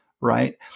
right